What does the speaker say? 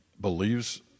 believes